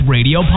Radio